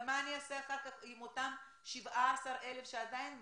אבל מה אני אעשה אחר כך עם אותם 17,000 שעדיין ממתינים?